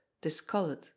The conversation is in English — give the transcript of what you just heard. discolored